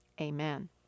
amen